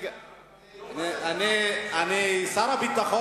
אני מציע לך,